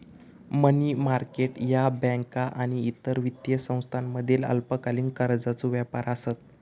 मनी market ह्या बँका आणि इतर वित्तीय संस्थांमधील अल्पकालीन कर्जाचो व्यापार आसत